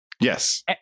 Yes